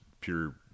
pure –